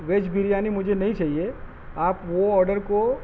veg biryani مجھے نہیں چاہیے آپ وہ آڈر کو